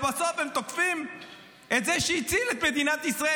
ובסוף הם תוקפים את זה שהציל את מדינת ישראל,